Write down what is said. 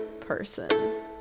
Person